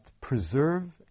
preserve